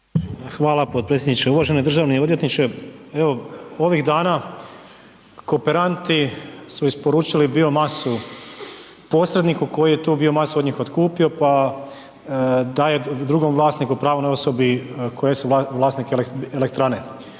Hvala potpredsjedniče. Uvaženi državni odvjetniče, evo ovih dana kooperanti su isporučili biomasu posredniku koji je tu biomasu od njih otkupio pa daje drugom vlasniku, pravnoj osobi koja je vlasnik elektrane.